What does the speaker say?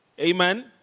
Amen